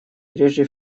прежде